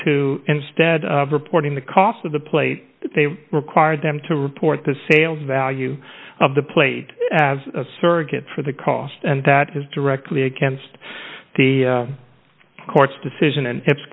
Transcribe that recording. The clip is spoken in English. to instead of reporting the cost of the plate they require them to report the sales value of the plate as a surrogate for the cost and that is directly against the court's decision and it's